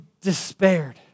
despaired